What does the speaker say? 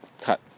cut